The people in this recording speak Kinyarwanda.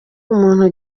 umuntu